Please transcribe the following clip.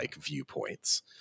viewpoints